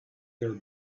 their